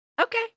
Okay